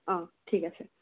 অঁ ঠিক আছে